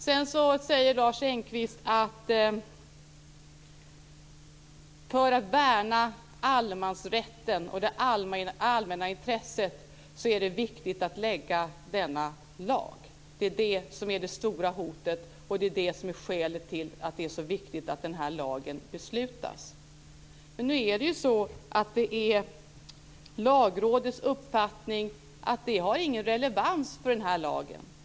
Sedan säger Lars Engqvist att det är viktigt att införa denna lag för att man ska värna allemansrätten och det allmänna intresset. Det är detta som är det stora hotet och det är det som är skälet till att det är så viktigt att det fattas beslut om denna lag. Det är Lagrådets uppfattning att detta inte har någon relevans för den här lagen.